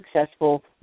successful